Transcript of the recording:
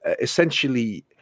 essentially